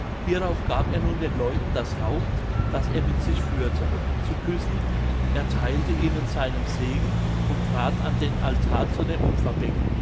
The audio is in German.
hierauf gab er nun den leuten das haupt das er mit sich führte zu küssen ertheilte ihnen seinen segen und trat an den altar zu dem